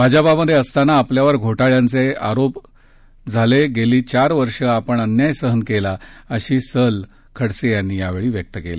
भाजपामधे असताना आपल्यावर घोटाळ्याचे खोटे आरोप झाले गेली चार वर्ष आपण अन्याय सहन केला अशी सल खडसे यांनी यावेळी व्यक्त केली